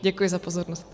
Děkuji za pozornost.